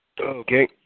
Okay